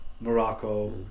morocco